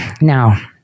Now